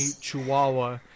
chihuahua